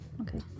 Okay